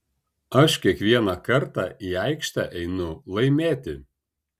aš kiekvieną kartą į aikštę einu laimėti